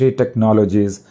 technologies